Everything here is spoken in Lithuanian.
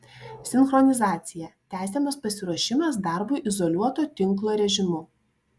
sinchronizacija tęsiamas pasiruošimas darbui izoliuoto tinklo režimu